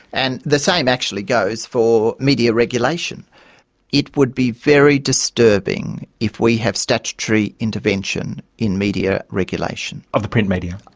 and the same actually goes for media regulation it would be very disturbing if we have statutory intervention in media regulation. of the print media?